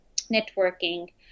networking